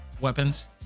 weapons